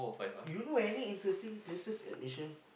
you know any interesting places at Malaysia